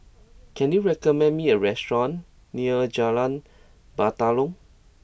can you recommend me a restaurant near Jalan Batalong